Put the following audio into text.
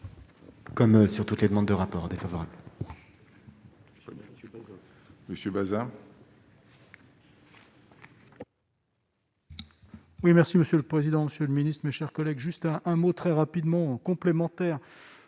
Comme sur toutes les demandes de rapport défavorable monsieur Bazin. Oui merci monsieur le président, Monsieur le Ministre, mes chers collègues, juste à un mot très rapidement complémentaires